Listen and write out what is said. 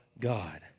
God